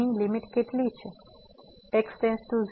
તો અહીં લીમીટ કેટલી છે